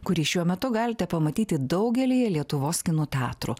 kurį šiuo metu galite pamatyti daugelyje lietuvos kinų teatrų